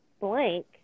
blank